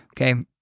Okay